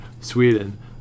Sweden